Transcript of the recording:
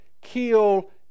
kill